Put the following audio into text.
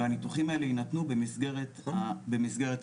והניתוחים האלה יינתנו במסגרת הסל.